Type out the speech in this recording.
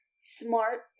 smart